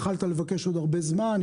יכולת לבקש עוד הרבה זמן,